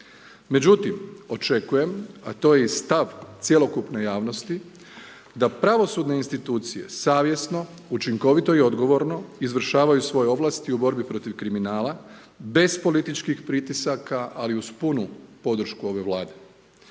međutim očekujem, a to je i stav cjelokupne javnosti, da pravosudne institucije savjesno, učinkovito i odgovorno izvršavaju svoje ovlasti u borbi protiv kriminala bez političkih pritisaka, ali uz punu podršku ove vlade.